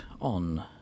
on